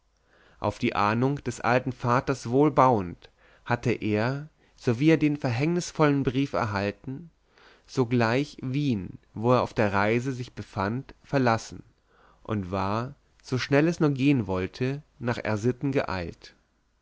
auf die ahnung des alten vaters wohl bauend hatte er sowie er den verhängnisvollen brief erhalten sogleich wien wo er auf der reise sich gerade befand verlassen und war so schnell es nur gehen wollte nach r sitten geeilt